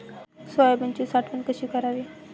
सोयाबीनची साठवण कशी करावी?